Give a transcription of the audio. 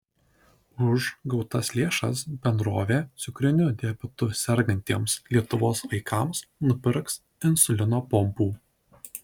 už gautas lėšas bendrovė cukriniu diabetu sergantiems lietuvos vaikams nupirks insulino pompų